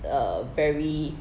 a very